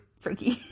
freaky